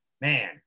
man